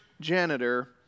janitor